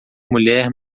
mulher